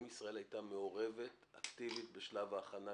ישראל הייתה מעורבת אקטיבית בשלב ההכנה,